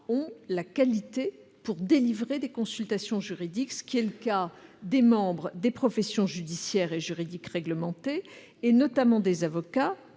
ont la qualité pour délivrer des consultations juridiques, ce qui est le cas des membres des professions judiciaires et juridiques réglementées, notamment les avocats,